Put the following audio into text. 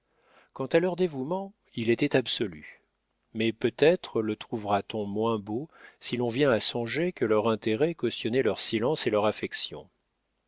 quant à leur dévouement il était absolu mais peut-être le trouvera-t-on moins beau si l'on vient à songer que leur intérêt cautionnait leur silence et leur affection